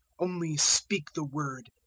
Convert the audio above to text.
only speak the word,